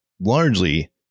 largely